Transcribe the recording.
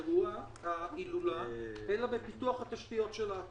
אנחנו השקענו באופן ישיר 9 מיליון שקל.